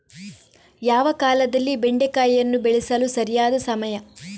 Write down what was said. ಯಾವ ಕಾಲದಲ್ಲಿ ಬೆಂಡೆಕಾಯಿಯನ್ನು ಬೆಳೆಸಲು ಸರಿಯಾದ ಸಮಯ?